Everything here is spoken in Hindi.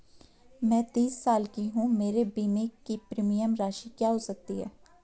मैं तीस साल की हूँ मेरे बीमे की प्रीमियम राशि क्या हो सकती है?